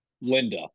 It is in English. Linda